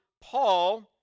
Paul